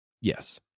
Yes